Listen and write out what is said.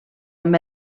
amb